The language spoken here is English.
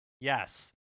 Yes